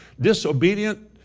disobedient